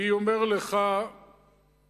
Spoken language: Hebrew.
אני אומר לך ולאחרים: